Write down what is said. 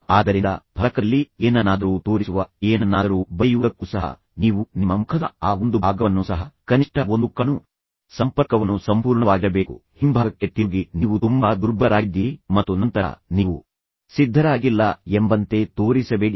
ಆದ್ದರಿಂದ ಫಲಕದಲ್ಲಿ ಏನನ್ನಾದರೂ ತೋರಿಸುವ ಏನನ್ನಾದರೂ ಬರೆಯುವುದಕ್ಕೂ ಸಹ ನೀವು ನಿಮ್ಮ ಮುಖದ ಆ 1 ಭಾಗವನ್ನು ಸಹ ಕನಿಷ್ಠ 1 ಕಣ್ಣು ಸಂಪರ್ಕವನ್ನು ಸಂಪೂರ್ಣವಾಗಿರಬೇಕು ಹಿಂಭಾಗಕ್ಕೆ ತಿರುಗಿ ನೀವು ತುಂಬಾ ದುರ್ಬಲರಾಗಿದ್ದೀರಿ ಮತ್ತು ನಂತರ ನೀವು ಸಿದ್ಧರಾಗಿಲ್ಲ ಎಂಬಂತೆ ತೋರಿಸಬೇಡಿ